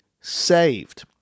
saved